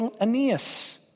Aeneas